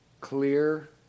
clear